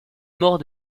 mort